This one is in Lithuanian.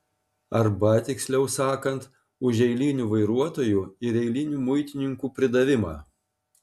arba tiksliau sakant už eilinių vairuotojų ir eilinių muitininkų pridavimą